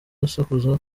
asakuza